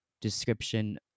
description